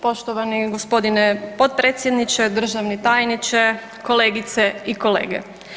Poštovani g. potpredsjedniče, državni tajniče, kolegice i kolege.